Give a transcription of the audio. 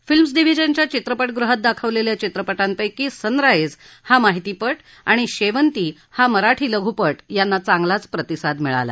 films डिव्हिजनच्या चित्रपट गृहात दाखवलेल्या चित्रपटांपैकी सनराजि् हा माहितीपट आणि शेवंती हा मराठी लघुपट यांना चांगला प्रतिसाद मिळाला